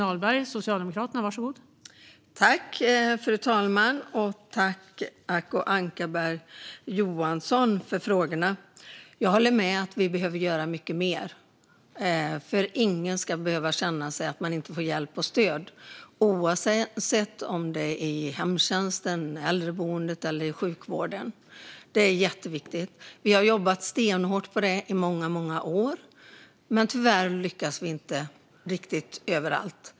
Fru talman! Jag tackar Acko Ankarberg Johansson för frågorna. Jag håller med om att vi behöver göra mycket mer. Ingen ska känna att man inte får hjälp och stöd oavsett om det gäller hemtjänst, äldreboende eller sjukvård. Vi har jobbat stenhårt med det i många år, men tyvärr har vi inte lyckats riktigt överallt.